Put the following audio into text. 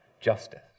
justice